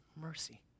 mercy